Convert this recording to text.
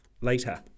later